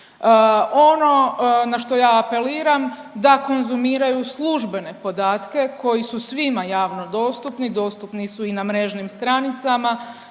Ono na što ja apeliram da konzumiraju službene podatke koji su svima javno dostupni, dostupni su i na mrežnim stranicama